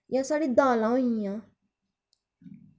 जि'यां साढ़ी दालां होई गेइयां